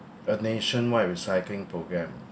a nationwide recycling program